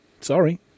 Sorry